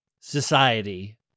society